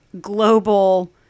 global